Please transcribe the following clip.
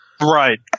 right